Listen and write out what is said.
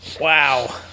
Wow